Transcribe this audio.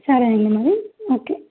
సరే అండి madam okay